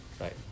right